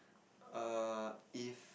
err if